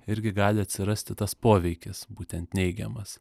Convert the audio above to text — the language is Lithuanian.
irgi gali atsirasti tas poveikis būtent neigiamas